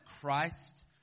Christ